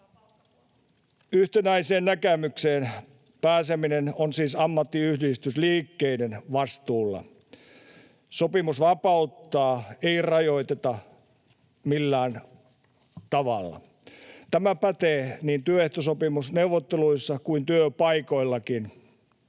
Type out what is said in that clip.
Yhtenäiseen näkemykseen pääseminen on siis ammattiyhdistysliikkeiden vastuulla. Sopimusvapautta ei rajoiteta millään tavalla. Tämä pätee niin työehtosopimusneuvotteluissa kuin työpaikoillakin.